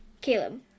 Caleb